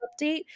update